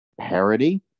parody